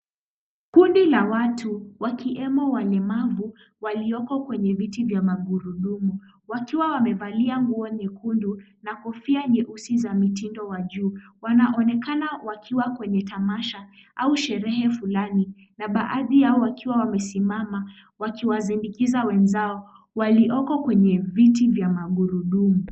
Kundi la watu wakiemo walemavu walioko kwenye viti vya magurudumu wakiwa wamevalia nguo nyekundu na kofia nyeusi za mitindo wa juu, wanaonekana wakiwa kwenye tamasha au sherehe fulani, na baadhi yao wakiwa wamesimama wakiwazindikiza wenzao walioko kwenye viti vya magurudumu.